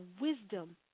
wisdom